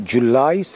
July